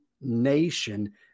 nation